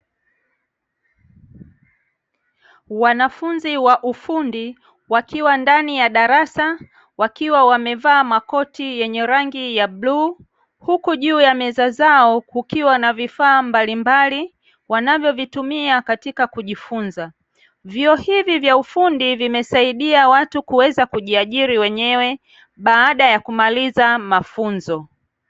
Wanafunzi wa ufundi wakiwa ndani ya darasa, wakiwa wamevaa makoti yenye rangi ya bluu huku juu ya meza zao kukiwa na vifaa mbalimbali wanavyovitumia katika kujifunza. Vyuo hivi vya ufundi vimesaidia watu kuweza kujiajiri wenyewe baada ya kumaliza mafunzo.